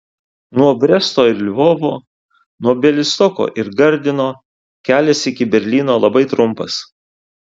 nuo bresto ir lvovo nuo bialystoko ir gardino kelias iki berlyno labai trumpas